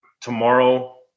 tomorrow